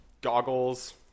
goggles